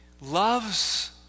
Loves